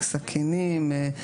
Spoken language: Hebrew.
סכינים,